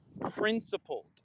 principled